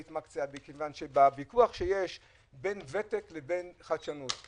כי בוויכוח שיש בין ותק לבין חדשנות,